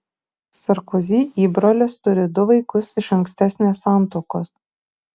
sarkozy įbrolis turi du vaikus iš ankstesnės santuokos